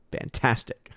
fantastic